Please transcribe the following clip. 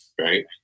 right